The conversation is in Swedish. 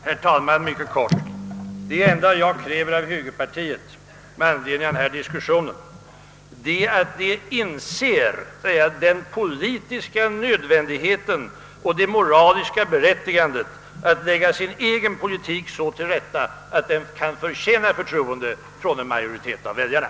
Herr talman! Jag skall fatta mig mycket kort. Det enda jag kräver av högerpartiet med anledning av denna diskussion är att man där försöker inse den politiska nödvändigheten av och i synnerhet det moraliska berättigandet i att lägga sin egen politik så till rätta, att den kan förtjäna förtroende från en majoritet av väljarna.